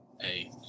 Hey